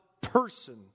person